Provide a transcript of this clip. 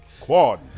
Quad